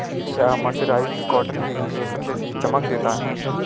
क्या mercerised cotton भी रेशम जैसी चमक देता है?